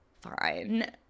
fine